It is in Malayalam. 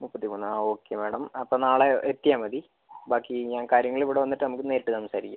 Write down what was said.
മുപ്പത്തി മൂന്ന് ഓക്കെ മാഡം അപ്പോൾ നാളെ എത്തിയാ മതി ബാക്കി ഞാൻ കാര്യങ്ങൾ ഇവിടെ വന്നിട്ട് നമുക്ക് നേരിട്ട് സംസാരിക്കാം